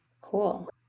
Cool